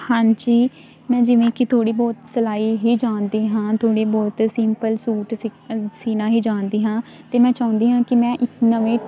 ਹਾਂਜੀ ਮੈਂ ਜਿਵੇਂ ਕਿ ਥੋੜ੍ਹੀ ਬਹੁਤ ਸਿਲਾਈ ਹੀ ਜਾਣਦੀ ਹਾਂ ਥੋੜ੍ਹੀ ਬਹੁਤ ਸਿੰਪਲ ਸੂਟ ਸਿਖ ਸਿਓਣਾ ਹੀ ਜਾਣਦੀ ਹਾਂ ਅਤੇ ਮੈਂ ਚਾਹੁੰਦੀ ਹਾਂ ਕਿ ਮੈਂ ਇੱਕ ਨਵੇਂ